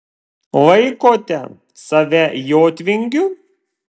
laikote save jotvingiu